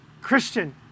Christian